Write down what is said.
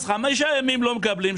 אז חמישה ימים לא מקבלים.